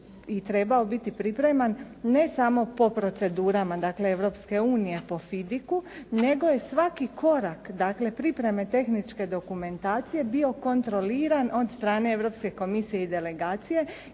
i trebao biti pripreman ne samo po procedurama, dakle europske unije po FIDIC-u, nego je svaki korak dakle pripreme tehničke dokumentacije bio kontroliran od strane Europske komisije i delegacije